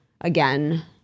again